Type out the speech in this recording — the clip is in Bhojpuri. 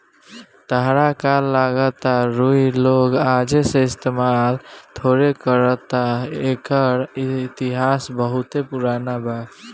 ताहरा का लागता रुई लोग आजे से इस्तमाल थोड़े करता एकर इतिहास बहुते पुरान बावे